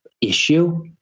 issue